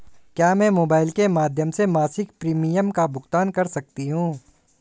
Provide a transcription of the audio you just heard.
क्या मैं मोबाइल के माध्यम से मासिक प्रिमियम का भुगतान कर सकती हूँ?